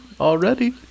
already